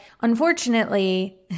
unfortunately